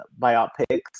biopics